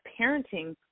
parenting